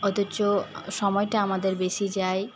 অথচ সময়টা আমাদের বেশী যায়